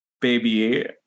Baby